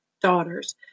daughters